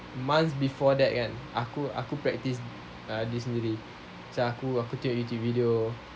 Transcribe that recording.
months before that kan aku aku practice with this movie so aku aku tengok youtube video